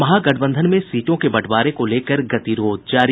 महागठबंधन में सीटों के बंटवारे को लेकर गतिरोध जारी